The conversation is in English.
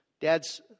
Dads